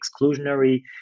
exclusionary